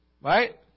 Right